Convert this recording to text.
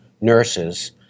nurses